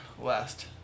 Last